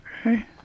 Okay